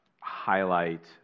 highlight